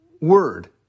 word